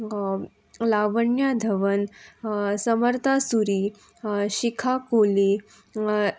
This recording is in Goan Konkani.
लावण्य धवन समर्था सुरी शिखा कोली